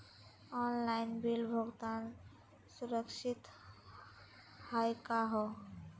Online bill भुगतान सुरक्षित हई का हो?